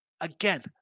again